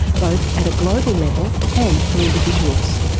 both at a global level and for individuals.